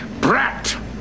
brat